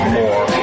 more